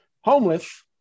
homeless